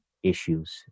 issues